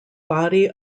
body